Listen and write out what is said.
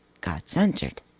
God-Centered